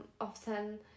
often